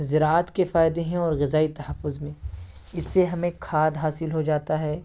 زراعت کے فائدے ہیں اور غذائی تحفظ میں اس سے ہمیں کھاد حاصل ہو جاتا ہے